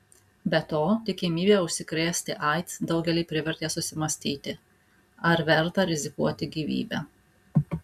be to tikimybė užsikrėsti aids daugelį privertė susimąstyti ar verta rizikuoti gyvybe